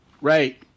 Right